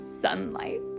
sunlight